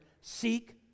seek